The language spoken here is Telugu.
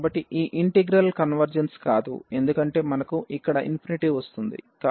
కాబట్టి ఈ ఇంటిగ్రల్ కన్వర్జెన్స్ కాదు ఎందుకంటే మనకు ఇక్కడ వస్తుంది